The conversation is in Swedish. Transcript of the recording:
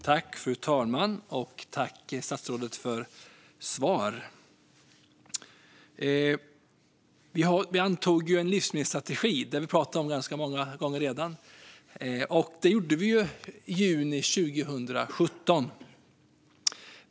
Fru talman! Tack, statsrådet, för svar! Vi antog en livsmedelsstrategi - det har vi pratat om ganska många gånger - i juni 2017.